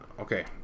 Okay